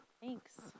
Thanks